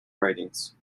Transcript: writings